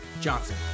Johnson